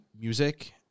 music